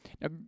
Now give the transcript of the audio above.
Now